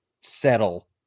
settle